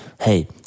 hey